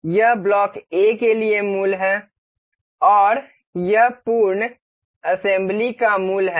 यह block A के लिए मूल है और यह पूर्ण असेंबली का मूल है